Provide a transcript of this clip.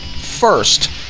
first